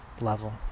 level